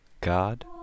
God